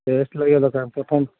test ଲାଗିବା ଦରକାର ପ୍ରଥମ